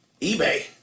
eBay